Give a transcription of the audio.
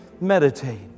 meditate